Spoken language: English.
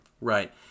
Right